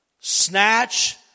Snatch